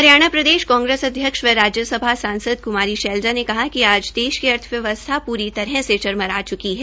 हरियाणा प्रदेश कांग्रेस अध्यक्षव राज्य सभा संसद कुमारी शैलजा ने कहा कि आज देश की अर्थव्यवस्था पूरी तरह से चरमरा च्की है